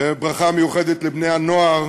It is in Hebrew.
וברכה מיוחדת לבני-הנוער